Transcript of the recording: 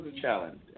challenge